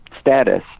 status